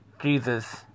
Jesus